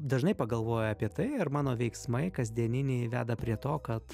dažnai pagalvoju apie tai ar mano veiksmai kasdieniniai veda prie to kad